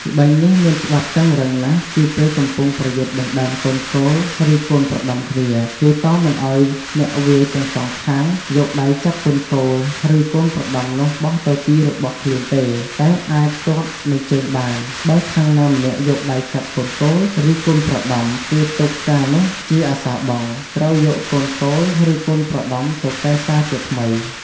ល្បែងនេះមានច្បាប់តឹងរឹងណាស់ គឺពេលកំពុងប្រយុទ្ធដណ្តើមកូនគោល ឬកូនប្រដំគ្នា គេតមមិនឲ្យអ្នកវាយទាំងសងខាសងយកដៃចាប់កូនគោលឬកូនប្រដំនោះបោះទៅទីរបស់ខ្លួនទេ តែអាចទាត់នឹងជើងបាន បើខាងណាម្នាក់យកដៃចាប់កូនគោល ឬកូនប្រដំ គេទុកការនោះជាអសារបង់ ត្រូវយកកូនគោល ឬកូនប្រដំទៅកែសាជាថ្មី។